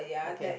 okay